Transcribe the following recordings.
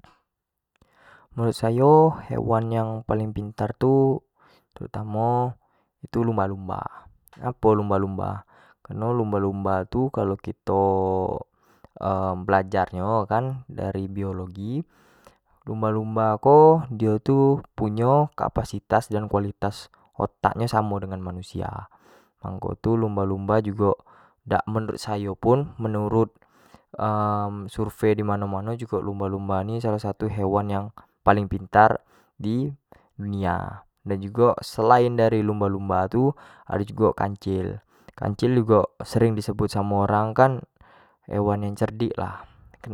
menurut sayo hewan yang paling pintar tu terutamo itu lumba- lumba, ngapo lumba-lumba. kareno lumba-lumba tu kalua kito belajar nyo kan dari biologi lumba- lumba ko dio tu punyo kapasitas dan kualitas otak nyo samo dengan manusia, mangko tu lumba- lumba jugo dak menurut sayo pun menurut survey di man- mano jugo lumba- lumba ni salah satu hewan yang paling pintar di dunia dan jugo selain dari lumba- lumba tu ado jugo kancil, kancil jugo sering di sebut samo orang kan hewan yang cerdik lah,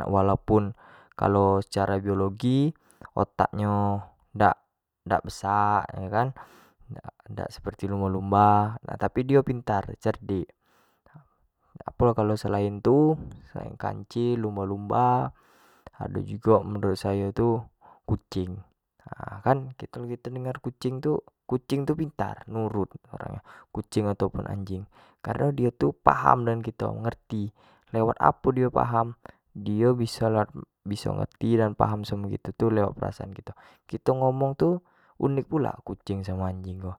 walau pun kalo secara biologi otak nyo dak- dak besak yo kan, dak seperti lumba- lumba tapi dio pintar, cerdik dak apo kalua selain itu selain kancil, lumba- lumba menurut sayo tu kucing nah kan, kito dengar kucing tu pintar, nurut, kucing atau pun anjing, kareno dio tu paham dengan kito ngerti lewat apo dio paham, dio biso ngerti dan paham samo kito lewat perasaan kito, kito ngomong tu unik pula lewat kucing samo anjing tu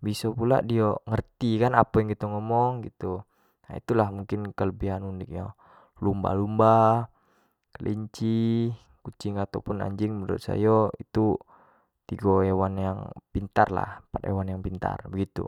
bisa pulak dio ngerti apo kan yang kito ngomong, itu lah mungkin kelebihan unik nya lumba- lumba, kelinci, kucing atau pun anjing menurut sayo itu tigo hewan yang pintar lah begitu.